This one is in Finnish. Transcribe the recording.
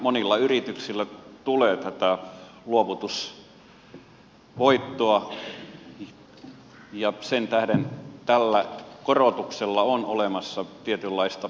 monilla yrityksillä tulee luovutusvoittoa ja sen tähden tällä korotuksella on olemassa tietynlaista merkitystä